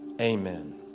Amen